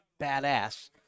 badass